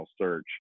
search